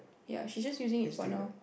ya she just using it for now